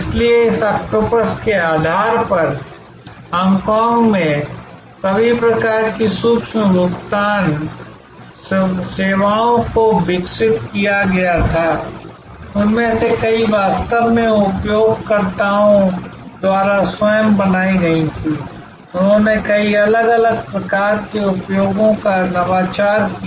इसलिए इस ऑक्टोपस के आधार पर हांगकांग में सभी प्रकार की सूक्ष्म भुगतान सेवाओं को विकसित किया गया था उनमें से कई वास्तव में उपयोगकर्ताओं द्वारा स्वयं बनाई गई थीं उन्होंने कई अलग अलग प्रकार के उपयोगों का नवाचार किया